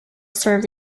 served